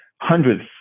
hundreds